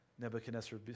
Nebuchadnezzar